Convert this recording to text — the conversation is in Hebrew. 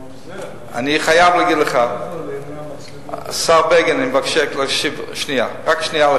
אני חייב להגיד לך, השר בגין, רק שנייה.